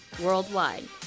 worldwide